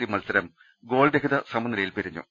C മത്സരം ഗോൾരഹിത സമനിലയിൽ പിരിഞ്ഞു